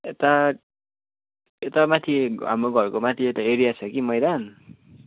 यता यता माथि हाम्रो घरको माथि एरिया छ कि मैदान